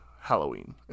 Halloween